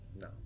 No